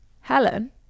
Helen